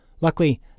Luckily